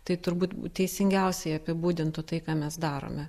tai turbūt teisingiausiai apibūdintų tai ką mes darome